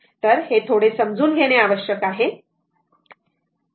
तर हे थोडे समजून घेणे आवश्यक आहे